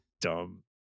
Dumb